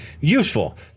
useful